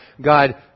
God